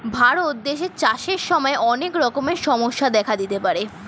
ভারত দেশে চাষের সময় অনেক রকমের সমস্যা দেখা দিতে পারে